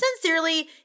Sincerely